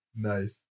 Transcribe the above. Nice